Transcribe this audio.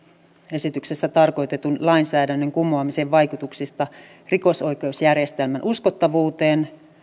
esityksessä tarkoitetun lainsäädännön kumoamisen vaikutuksista rikosoikeusjärjestelmän uskottavuuteen